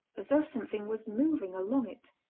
as though something was moving along it.